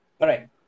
right